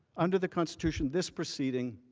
under the constitution, this proceeding